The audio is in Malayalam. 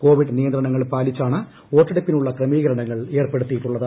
കോവിഡ് നിയന്ത്രണങ്ങൾ പാലിച്ചാണ് വോട്ടെടുപ്പിനുള്ള ക്രമീകരണങ്ങൾ ഏർപ്പെടുത്തിയിട്ടുള്ളത്